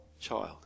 child